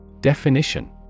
Definition